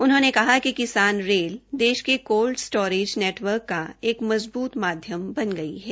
उन्होंने कहा कि किसान रेल देश के कोल्ड स्टोरेज नैटवर्क का एक मज़बूत माध्यम बन गई है